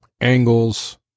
angles